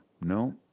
No